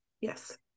Yes